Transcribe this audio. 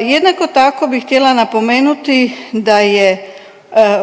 Jednako tako bi htjela napomenuti da je